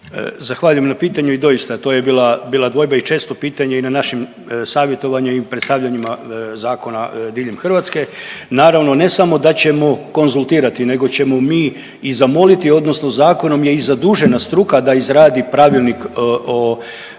Zahvaljujem na pitanju i doista to je bila dvojba i često pitanje i na našim savjetovanju i predstavljanjima zakona diljem Hrvatske. Naravno ne samo da ćemo konzultirati nego ćemo mi i zamoliti odnosno zakonom je i zadužena struka da izradi pravilnik o